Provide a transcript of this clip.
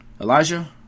Elijah